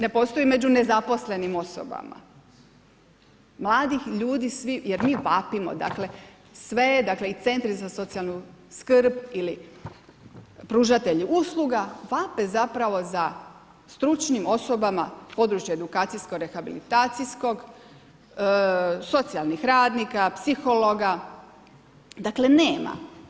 Ne postoji među nezaposlenim osobama mladih ljudi svi, jer mi vapimo dakle sve je i centri za socijalnu skrb ili pružatelji usluga vape zapravo za stručnim osobama područja edukacijsko-rehabilitacijskog, socijalnih radnika, psihologa dakle nema.